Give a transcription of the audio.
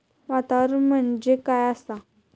वातावरण म्हणजे काय आसा?